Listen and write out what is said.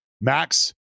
Max